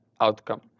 outcome